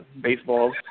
baseballs